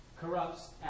corrupts